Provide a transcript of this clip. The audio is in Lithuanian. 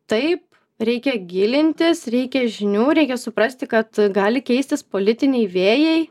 taip reikia gilintis reikia žinių reikia suprasti kad gali keistis politiniai vėjai